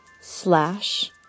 slash